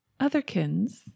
otherkins